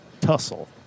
tussle